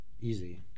easy